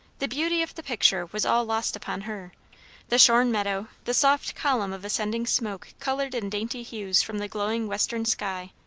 the beauty of the picture was all lost upon her the shorn meadow, the soft column of ascending smoke coloured in dainty hues from the glowing western sky,